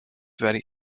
very